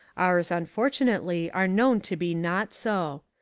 ours unfortunately are known to be not so.